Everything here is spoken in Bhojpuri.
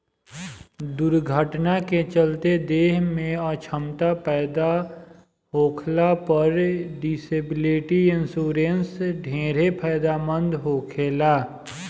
दुर्घटना के चलते देह में अछमता पैदा होखला पर डिसेबिलिटी इंश्योरेंस ढेरे फायदेमंद होखेला